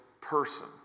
person